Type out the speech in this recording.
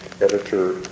editor